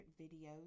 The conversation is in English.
videos